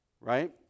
right